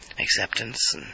acceptance